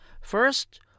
First